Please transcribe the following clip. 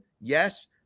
yes